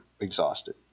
exhausted